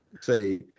Say